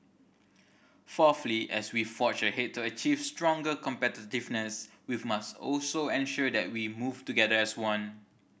fourthly as we forge ahead to achieve stronger competitiveness we've must also ensure that we move together as one